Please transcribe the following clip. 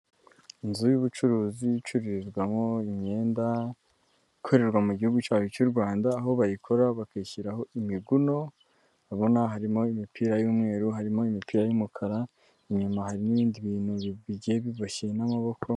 Inzu y'ubucuruzi icururizwamo imyenda ikorerwa mu gihugu cyacu cy'u Rwanda, aho bayikora bakishyiraho imiguno urabona harimo imipira y'umweru, harimo imipira y'umukara, inyuma hari n'ibibindi bintu bigiye biboshye n'amaboko.